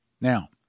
Now